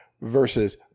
versus